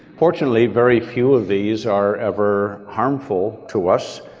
fortunately very few of these are ever harmful to us,